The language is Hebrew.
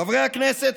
חברי הכנסת,